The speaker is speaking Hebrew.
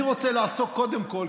אני רוצה לעשות קודם כול,